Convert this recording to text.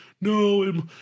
no